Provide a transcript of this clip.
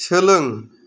सोलों